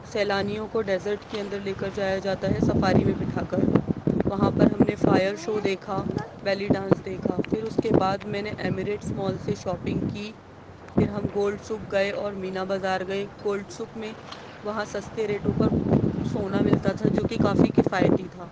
سیلانیوں کو ڈیزرٹ کے اندر لے کر جایا جاتا ہے سفاری میں بٹھا کر وہاں پر ہم نے فایر شو دیکھا بیلی ڈانس دیکھا پھر اس کے بعد میں نے امیریٹس مول سے شاپنگ کی پھر ہم گولڈ سک گئے اور مینا بازار گئے گولڈ سک میں وہاں سستے ریٹوں پر سونا ملتا تھا جو کہ کافی کفایتی تھا